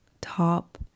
top